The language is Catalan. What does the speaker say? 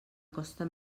costa